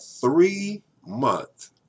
three-month